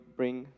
bring